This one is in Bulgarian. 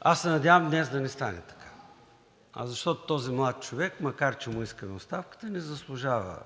Аз се надявам днес да не стане така, защото този млад човек, макар че му искаме оставката, не заслужава